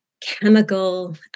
chemical